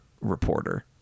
reporter